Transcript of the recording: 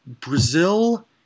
Brazil